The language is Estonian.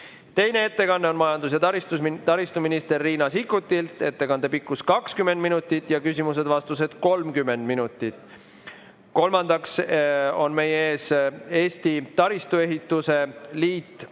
Teine ettekanne on majandus‑ ja taristuminister Riina Sikkutilt, ettekande pikkus on 20 minutit ja küsimuste-vastuste aeg on 30 minutit. Kolmandaks on meie ees Eesti Taristuehituse Liidu